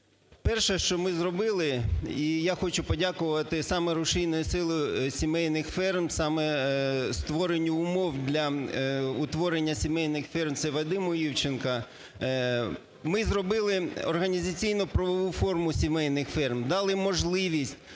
Перше, що ми зробили, і я хочу подякувати, саме рушійною силою сімейних ферм, саме створенню умов для утворення сімейних ферм, – це Вадиму Івченку. Ми зробили організаційно-правову форму сімейних ферм, дали можливість